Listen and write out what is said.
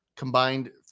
combined